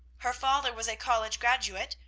her father was a college graduate.